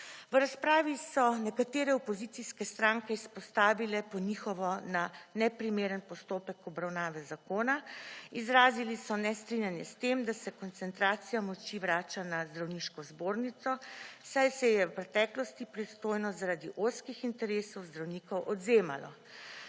V razpravi so nekatere opozicijske stranke izpostavile po njihovo na neprimeren postopek obravnave zakona, izrazili so nestrinjanje s tem, da se koncentracija moči vrača na zdravniško zbornico, saj se je v preteklosti pristojnost zaradi ozkih interesov zdravnikov odvzemalo.